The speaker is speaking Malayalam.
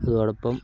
അതോടൊപ്പം